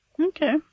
Okay